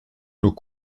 nos